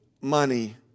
money